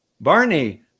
Barney